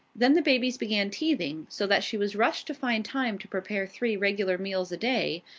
then the babies began teething, so that she was rushed to find time to prepare three regular meals a day,